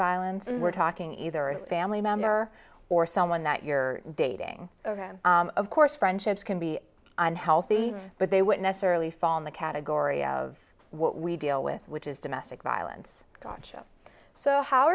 violence and we're talking either a family member or someone that you're dating of course friendships can be unhealthy but they would necessarily fall in the category of what we deal with which is domestic violence gotcha so how